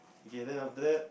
okay then after that